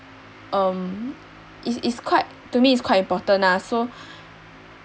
um it's it's quite to me it's quite important lah so